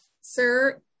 sir